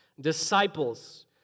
Disciples